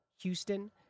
Houston